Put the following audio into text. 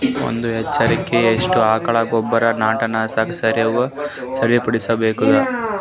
ಒಂದು ಎಕರೆಗೆ ಎಷ್ಟು ಆಕಳ ಗೊಬ್ಬರ ಕೀಟನಾಶಕ ಸೇರಿಸಿ ಸಿಂಪಡಸಬೇಕಾಗತದಾ?